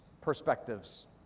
perspectives